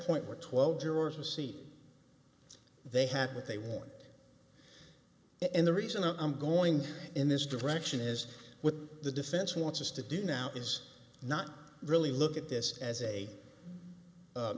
point where twelve jurors will see they happen they want and the reason i'm going in this direction is with the defense wants us to do now is not really look at this as a